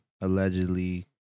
allegedly